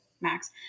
Max